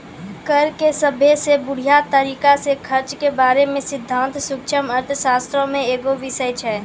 कर के सभ्भे से बढ़िया तरिका से खर्च के बारे मे सिद्धांत सूक्ष्म अर्थशास्त्रो मे एगो बिषय छै